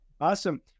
Awesome